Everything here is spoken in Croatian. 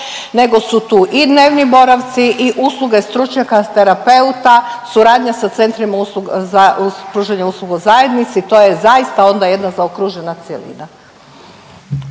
nego su tu i dnevni boravci i usluge stručnjaka terapeuta, suradnja sa Centrima za pružanje usluga u zajednici, to je zaista onda jedna zaokružena cjelina.